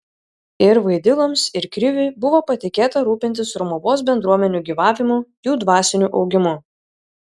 ir vaidiloms ir kriviui buvo patikėta rūpintis romuvos bendruomenių gyvavimu jų dvasiniu augimu